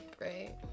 Right